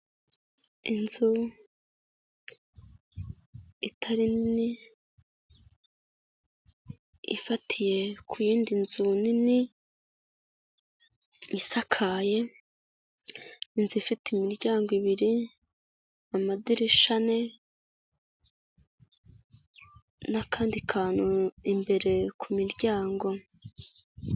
Inzu itari nini ifatiye ku yindi nzu nini isakaye, inzu ifite imiryango ibiri, amadirishya ane n'akandi kantu imbere ku miryango.